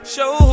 Show